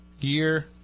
year